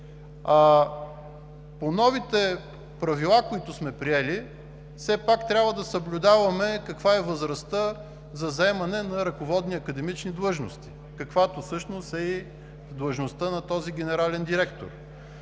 По новите правила, които сме приели, все пак трябва да съблюдаваме каква е възрастта за заемане на ръководни академични длъжности, каквато всъщност е и длъжността на този генерален директор.